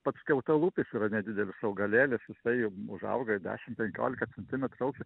pats skiautalūpis yra nedidelis augalėlis jisai užauga dešim penkiolika centimetrų aukščio